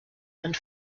and